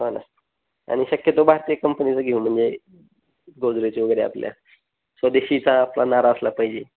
हो ना आणि शक्यतो बाहे ते एक कंपनीचं घेऊ म्हणजे गोजरेचे वगैरे आपल्या स्वदेशीचा आपला नारा असला पाहिजे